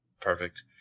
perfect